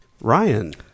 Ryan